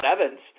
Evans